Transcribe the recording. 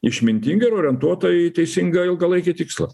išmintinga ir orientuota į teisingą ilgalaikį tikslą